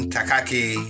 Takaki